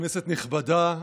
כנסת נכבדה,